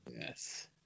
Yes